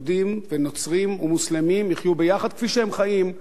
יחיו ביחד כפי שהם חיים בכפר הזה היפה,